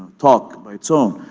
talk by its own.